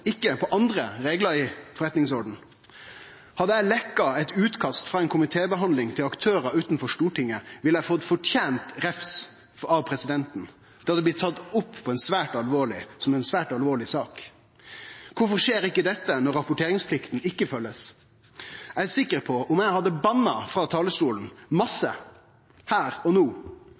ikkje på andre reglar i forretningsordenen? Hadde eg leke eit utkast frå ei komitébehandling til aktørar utanfor Stortinget, ville eg fått fortent refs av presidenten. Det hadde blitt tatt opp som ei svært alvorleg sak. Kvifor skjer ikkje dette når rapporteringsplikta ikkje blir følgd? Eg er sikker på at om eg hadde banna frå talarstolen – masse, her og no